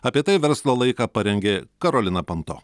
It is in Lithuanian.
apie tai verslo laiką parengė karolina panto